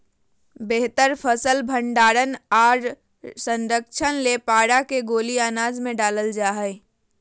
बेहतर फसल भंडारण आर संरक्षण ले पारा के गोली अनाज मे डालल जा हय